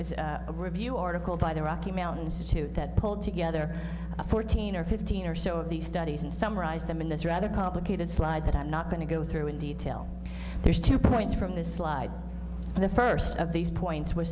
s a review article by the rocky mountains too that pulled together fourteen or fifteen or so of these studies and summarized them in this rather complicated slide that i'm not going to go through in detail there's two points from this slide and the first of these points w